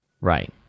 Right